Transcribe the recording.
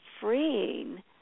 freeing